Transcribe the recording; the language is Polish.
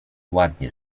ładnie